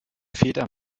feder